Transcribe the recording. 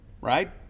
Right